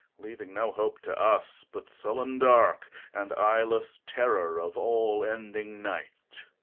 leaving no hope to us, but sullen dark and eyeless terror of all ending night.